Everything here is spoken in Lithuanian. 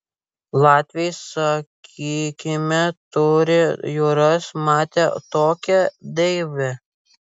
latviai sakykime turi jūras mate tokią deivę